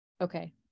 okay